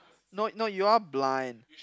no no you are blind